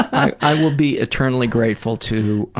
i will be eternally grateful to